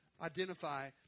identify